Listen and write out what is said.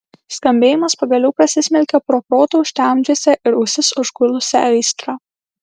skambėjimas pagaliau prasismelkė pro protą užtemdžiusią ir ausis užgulusią aistrą